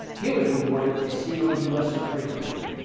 he was rewarded with a seat on the us supreme court.